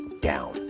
down